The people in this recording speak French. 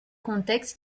contexte